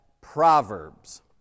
Proverbs